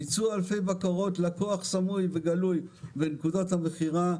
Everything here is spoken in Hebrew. ביצוע אלפי בקרות לקוח סמוי וגלוי בנקודות המכירה,